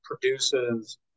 produces